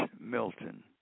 Milton